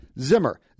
Zimmer